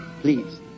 please